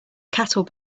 cattle